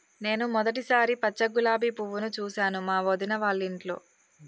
నేను మొదటిసారి పచ్చ గులాబీ పువ్వును చూసాను మా వదిన వాళ్ళింట్లో